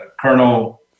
Colonel